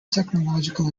technological